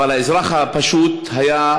אבל האזרח הפשוט היה,